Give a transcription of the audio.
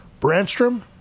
Branstrom